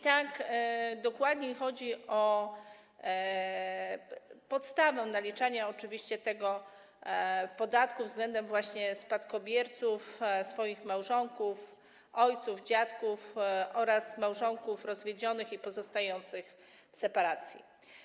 Tak dokładniej chodzi o podstawę naliczania tego podatku względem spadkobierców swoich małżonków, ojców, dziadków oraz małżonków rozwiedzionych i pozostających w separacji.